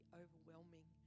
overwhelming